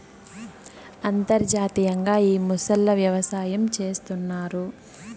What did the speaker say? అంతర్జాతీయంగా ఈ మొసళ్ళ వ్యవసాయం చేస్తన్నారు